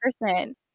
person